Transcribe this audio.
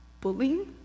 bullying